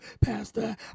Pastor